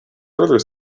further